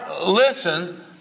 Listen